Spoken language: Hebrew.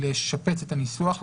לשפץ את הנוסח,